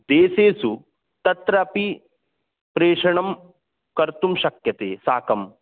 देशेषु तत्रापि प्रेषणं कर्तुं शक्यते शाकः